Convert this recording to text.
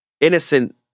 innocent